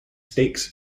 stakes